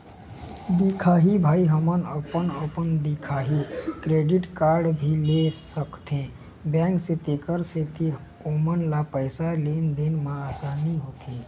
दिखाही भाई हमन अपन अपन दिखाही क्रेडिट कारड भी ले सकाथे बैंक से तेकर सेंथी ओमन ला पैसा लेन देन मा आसानी होथे?